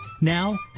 Now